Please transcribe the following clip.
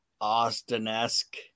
Austin-esque